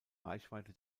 reichweite